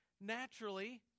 naturally